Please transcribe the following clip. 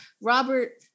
Robert